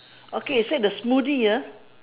okay you said the smoothie ah